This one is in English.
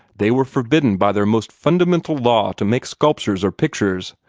they were forbidden by their most fundamental law to make sculptures or pictures.